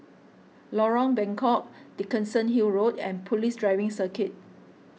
Lorong Bengkok Dickenson Hill Road and Police Driving Circuit